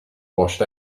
washed